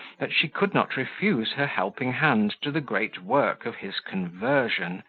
that she could not refuse her helping hand to the great work of his conversion,